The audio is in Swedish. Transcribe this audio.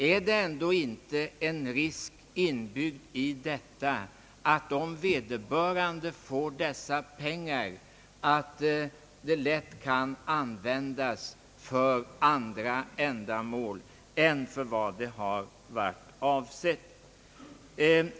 Är det ändå inte en risk inbyggd i att lämna pengarna direkt till vederbörande, somm lätt kan använda dem för andra ändamål än det avsedda?